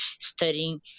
studying